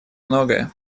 многое